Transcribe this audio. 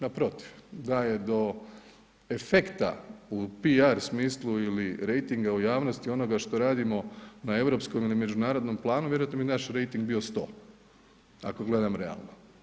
Naprotiv, da je do efekta u PR smislu ili rejtinga u javnosti onoga što radimo na europskom ili međunarodnom planu vjerojatno bi naš rejting bio 100 ako gledam realno.